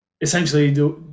essentially